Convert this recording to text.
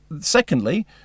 Secondly